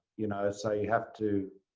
you know so you have to,